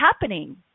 happening